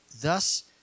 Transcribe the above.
thus